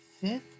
fifth